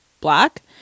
black